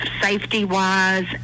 safety-wise